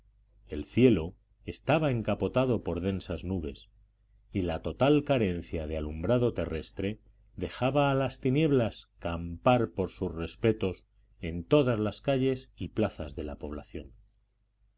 el cielo estaba encapotado por densas nubes y la total carencia de alumbrado terrestre dejaba a las tinieblas campar por sus respetos en todas las calles y plazas de la población